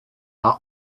are